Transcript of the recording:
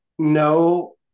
No